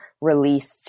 released